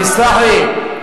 תסלח לי,